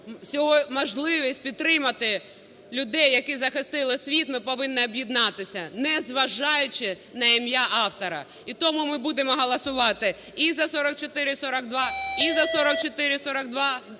маємо можливість підтримати людей, які захистили світ, ми повинні об'єднатися, не зважаючи на ім'я автора. І тому ми будемо голосувати і за 4442, і за 4442-1,